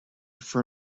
for